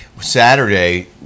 Saturday